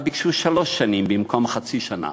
אלא ביקשו שלוש שנים במקום חצי שנה.